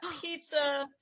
pizza